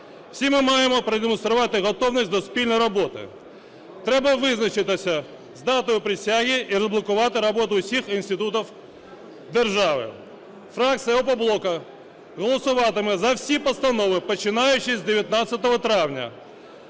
Всі ми маємо продемонструвати готовність до спільної роботи, треба визначитися з датою присяги і розблокувати роботу всіх інститутів держави. Фракція "Опоблоку" голосуватиме за всі постанови починаючи з 19 травня,